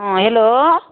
हँ हेलो